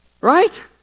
right